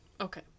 Okay